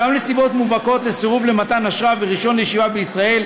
גם נסיבות מובהקות לסירוב למתן אשרה ורישיון לישיבה בישראל,